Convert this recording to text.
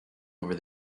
over